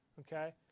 Okay